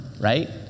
right